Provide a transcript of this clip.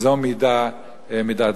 זו מידת סדום.